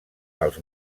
als